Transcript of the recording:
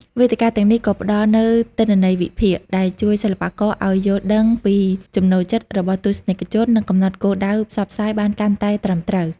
វេទិកាទាំងនេះក៏ផ្ដល់នូវទិន្នន័យវិភាគ ដែលជួយសិល្បករឲ្យយល់ដឹងពីចំណូលចិត្តរបស់ទស្សនិកជន និងកំណត់គោលដៅផ្សព្វផ្សាយបានកាន់តែត្រឹមត្រូវ។